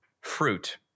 Fruit